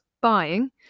buying